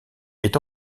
est